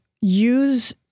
use